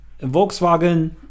Volkswagen